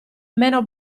meno